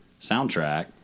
soundtrack